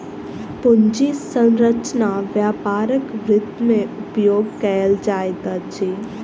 पूंजी संरचना व्यापारक वित्त में उपयोग कयल जाइत अछि